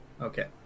Okay